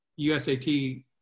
USAT